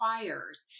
requires